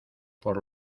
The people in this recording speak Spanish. por